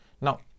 Now